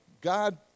God